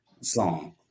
song